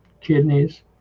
kidneys